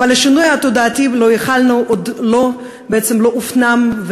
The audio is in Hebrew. השינוי התודעתי שלו ייחלנו בעצם עוד לא הופנם.